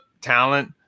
talent